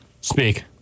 Speak